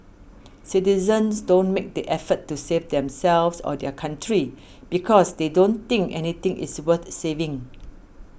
citizens don't make the effort to save themselves or their country because they don't think anything is worth saving